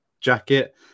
jacket